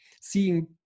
seeing